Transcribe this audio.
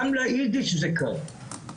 גם לאידיש זה קרה,